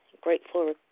grateful